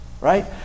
Right